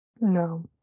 No